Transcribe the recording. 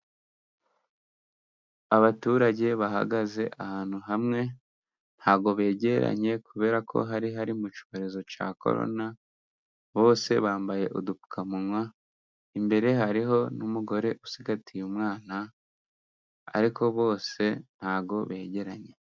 Abaturage bahagaze ahantu hamwe, ntabwo begeranye kubera ko hari hari mu cyorezo cya korona. Bose bambaye udupfukamunwa. Imbere hariho n'umugore usigatiye umwana, ariko bose ntabwo begeranye.